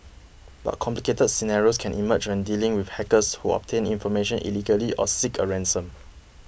but complicated scenarios can emerge when dealing with hackers who obtain information illegally or seek a ransom